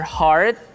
heart